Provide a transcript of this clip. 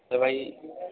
ଏ ଭାଇ